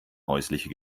häusliche